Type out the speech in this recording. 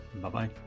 Bye-bye